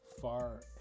far